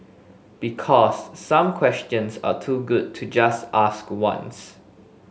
because some questions are too good to just ask once